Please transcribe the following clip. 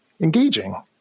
engaging